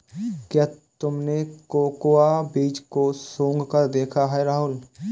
क्या तुमने कोकोआ बीज को सुंघकर देखा है राहुल?